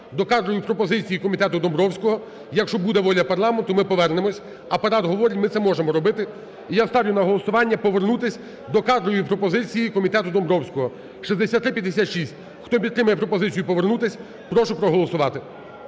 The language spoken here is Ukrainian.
до кадрової пропозиції комітету Домбровського. Якщо буде воля парламенту, ми повернемось. Апарат говорить, ми це можемо роботи. І я ставлю на голосування повернутись до кадрової пропозиції комітету Домбровського 6356. Хто підтримує пропозицію повернутись, прошу проголосувати.